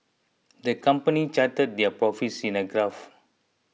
the company charted their profits in a graph